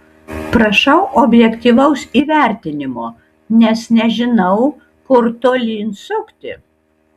prašau objektyvaus įvertinimo nes nežinau kur tolyn sukti